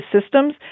systems